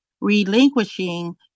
relinquishing